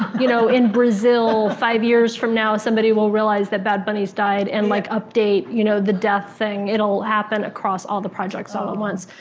you know in brazil five years from now, somebody will realize that bad bunny's died and like update you know the death thing. it'll happen across all the projects all at once.